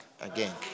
again